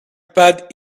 pad